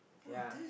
ya